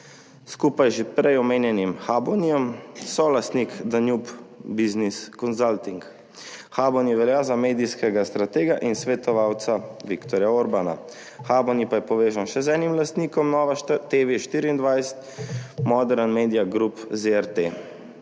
skupaj z že prej omenjenim Habonyjem solastnik Danube Business Consulting. Habony velja za medijskega stratega in svetovalca Viktorja Orbana. Habony pa je povezan še z enim lastnikom Nove24TV, Modern Media Group Zrt.